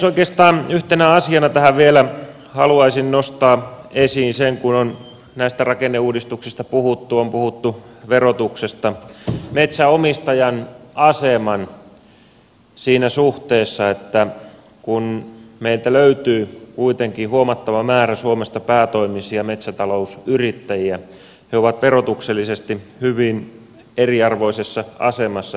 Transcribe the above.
oikeastaan yhtenä asiana tähän vielä haluaisin nostaa esiin sen kun on näistä rakenneuudistuksista puhuttu on puhuttu verotuksesta metsänomistajan aseman siinä suhteessa että kun meiltä löytyy kuitenkin huomattava määrä suomesta päätoimisia metsätalousyrittäjiä he ovat verotuksellisesti hyvin eriarvoisessa asemassa